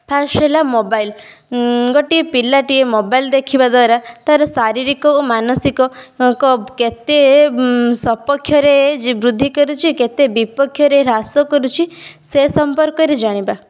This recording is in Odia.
ଫାଷ୍ଟ ହେଲା ମୋବାଇଲ ଗୋଟିଏ ପିଲାଟିଏ ମୋବାଇଲ ଦେଖିବା ଦ୍ବାରା ତାର ଶାରୀରିକ ଓ ମାନସିକ କବ୍ କେତେ ସପକ୍ଷରେ ଯେ ବୃଦ୍ଧି କରୁଛି କେତେ ବିପକ୍ଷରେ ହ୍ରାସ କରୁଛି ସେ ସମ୍ପର୍କରେ ଜାଣିବା